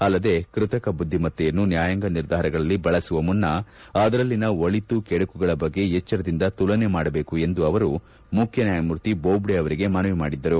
ಅಲ್ಲದೇ ಕೃತಕ ಬುದ್ದಿಮತ್ತೆಯನ್ನು ನ್ಹಾಯಾಂಗ ನಿರ್ಧಾರಗಳಲ್ಲಿ ಬಳಸುವ ಮುನ್ನ ಅದರಲ್ಲಿನ ಒಳತು ಕೆಡುಕುಗಳ ಬಗ್ಗೆ ಎಚ್ಚರದಿಂದ ತುಲನೆ ಮಾಡಬೇಕೆಂದು ಅವರು ಮುಖ್ಯ ನ್ಯಾಯಮೂರ್ತಿ ಬೋಬ್ಡೆ ಅವರಿಗೆ ಮನವಿ ಮಾಡಿದ್ದರು